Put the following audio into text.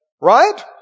right